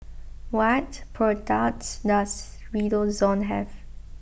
what products does Redoxon have